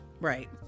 right